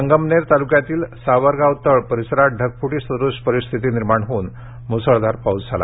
संगमनेर तालुक्यातील सावरगावतळ परिसरात ढगफुटी सदृश परिस्थिती निर्माण होऊन मुसळधार पाऊस झाला